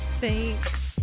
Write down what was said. Thanks